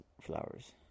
flowers